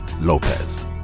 Lopez